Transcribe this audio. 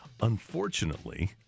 Unfortunately